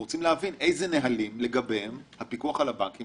אנחנו רוצים להבין לגבי איזה נהלים הפיקוח על הבנקים